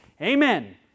Amen